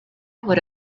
would